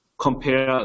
compare